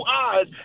eyes